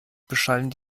beschallen